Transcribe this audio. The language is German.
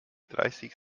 dreißig